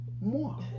more